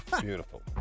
Beautiful